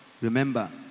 remember